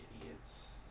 idiots